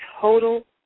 total